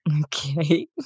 Okay